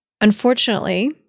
Unfortunately